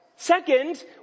Second